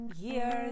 years